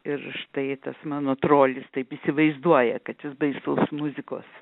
ir štai tas mano trolis taip įsivaizduoja kad jis baisus muzikos